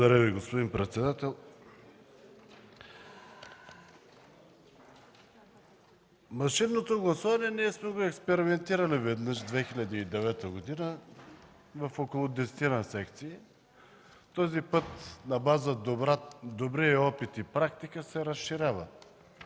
Благодаря Ви, господин председател. Машинното гласуване сме го експериментирали веднъж –2009 г., в около десетина секции. Този път, на база добрия опит и практика, експериментът